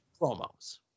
promos